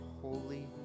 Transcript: holy